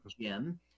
Jim